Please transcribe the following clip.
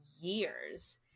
years